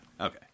okay